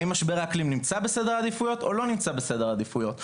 האם משבר האקלים נמצא בסדר העדיפויות או לא נמצא בסדר העדיפויות,